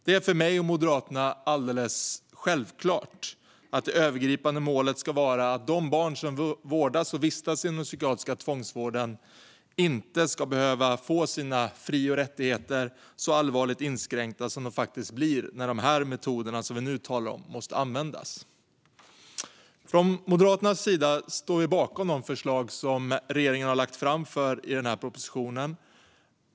Det är för mig och Moderaterna alldeles självklart att det övergripande målet ska vara att de barn som vårdas och vistas inom den psykiatriska tvångsvården inte ska behöva få sina fri och rättigheter så allvarligt inskränkta som de faktiskt blir när de metoder som vi nu talar om måste användas. Från Moderaternas sida står vi bakom de förslag som regeringen har lagt fram i propositionen.